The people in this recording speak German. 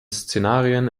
szenarien